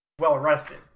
well-rested